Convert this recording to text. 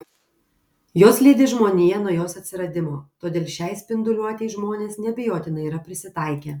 jos lydi žmoniją nuo jos atsiradimo todėl šiai spinduliuotei žmonės neabejotinai yra prisitaikę